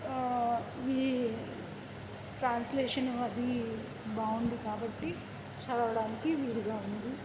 ఈ ట్రాన్స్లేషన్ అది బాగుంది కాబట్టి చదవడానికి వీలుగా ఉంది